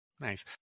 Nice